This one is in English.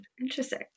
interesting